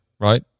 right